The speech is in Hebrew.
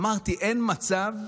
אמרתי: אין מצב,